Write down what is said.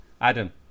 Adam